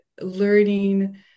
learning